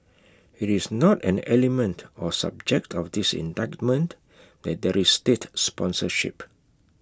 IT is not an element or subject of this indictment that there is state sponsorship